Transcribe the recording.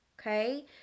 okay